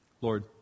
Lord